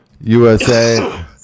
USA